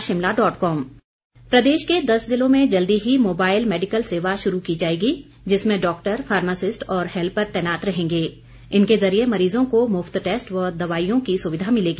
कटौती प्रस्ताव प्रदेश के दस जिलों में जल्दी ही मोबाइल मैडिकल सेवा शुरू की जाएगी जिसमें डॉक्टर फार्मासिस्ट और हेल्पर तैनात रहेंगे इनके जरिए मरीजों को मुफ्त टेस्ट व दवाईयों की सुविधा मिलेगी